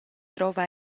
drova